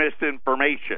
misinformation